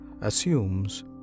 assumes